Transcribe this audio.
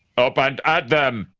up and, at them!